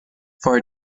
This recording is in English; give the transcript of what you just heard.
for